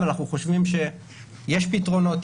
ואנחנו חושבים שיש פתרונות,